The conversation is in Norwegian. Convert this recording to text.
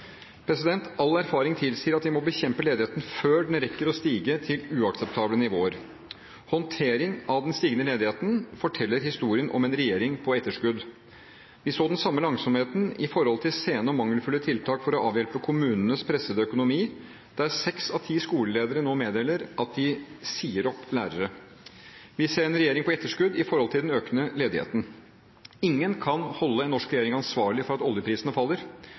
All erfaring tilsier at vi må bekjempe ledigheten før den rekker å stige til uakseptable nivåer. Håndteringen av den stigende ledigheten forteller historien om en regjering på etterskudd. Vi så den samme langsomheten i sene og mangelfulle tiltak for å avhjelpe kommunenes pressede økonomi, der seks av ti skoleledere nå meddeler at de sier opp lærere. Vi ser en regjering på etterskudd overfor den økende ledigheten. Ingen kan holde en norsk regjering ansvarlig for at oljeprisene faller.